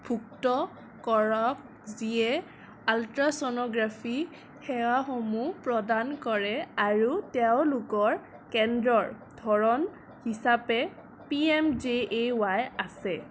ভুক্ত কৰক যিয়ে আলট্ৰাছ'ন'গ্ৰাফি সেৱাসমূহ প্ৰদান কৰে আৰু তেওঁলোকৰ কেন্দ্ৰৰ ধৰণ হিচাপে P M J A Y আছে